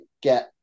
get